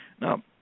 Now